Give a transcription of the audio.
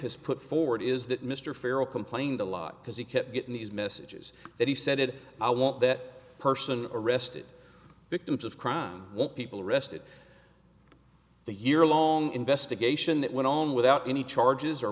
has put forward is that mr farrell complained a lot because he kept getting these messages that he said i want that person arrested victims of crime want people arrested a year long investigation that went on without any charges or